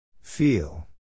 Feel